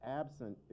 absent